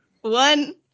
One